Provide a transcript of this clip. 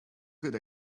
good